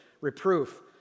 reproof